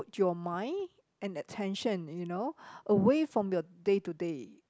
your mind and attention you know away from your day to day